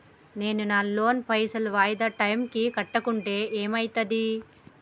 నేను నా లోన్ పైసల్ వాయిదా టైం కి కట్టకుంటే ఏమైతది?